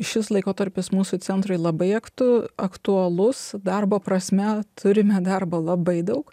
šis laikotarpis mūsų centrui labai aktu aktualus darbo prasme turime darbo labai daug